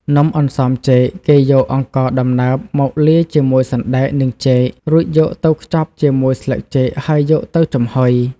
នំអន្សមចេក គេយកអង្ករដំណើបមកលាយជាមួយសណ្ដែក និងចេក រួចយកទៅខ្ចប់ជាមួយស្លឹកចេកហើយយកទៅចំហុយ។